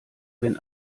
wenn